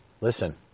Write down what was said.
listen